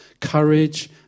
courage